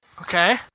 Okay